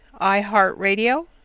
iHeartRadio